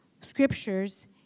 scriptures